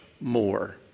more